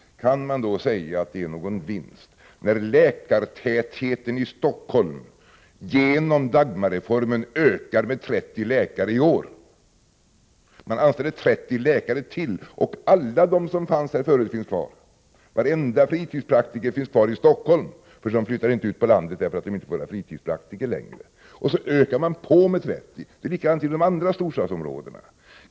Kan man då säga att det är någon vinst, när läkartätheten i Stockholm genom Dagmarreformen ökar med 30 läkare i år? Ytterligare 30 läkare anställs, och varenda fritidspraktiker som fanns här förut är kvar — de flyttar inte ut på landet, därför att de inte får vara fritidspraktiker längre. Det är likadant i övriga storstadsområden.